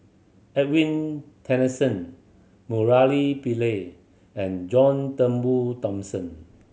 Edwin Tessensohn Murali Pillai and John Turnbull Thomson